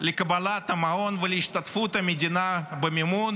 לקבלת המעון ולהשתתפות המדינה במימון